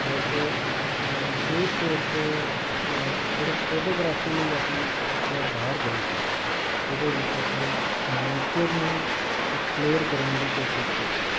but ਵਿਸ਼ੇਸ਼ ਤੌਰ 'ਤੇ ਸਿਰਫ਼ ਫੋਟੋਗ੍ਰਾਫੀ ਲਈ ਅਸੀਂ ਇੱਕ ਵਾਰ ਬਾਹਰ ਗਏ ਸੀ ਜਿਹਦੇ ਵਿੱਚ ਅਸੀਂ ਨੇਚਰ ਨੂੰ ਐਕਸਪਲੋਰ ਕਰਨ ਦੀ ਕੋਸ਼ਿਸ਼ ਕੀਤੀ